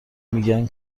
میگین